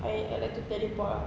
I I like to teleport ah